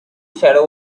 shadow